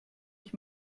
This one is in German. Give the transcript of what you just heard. ich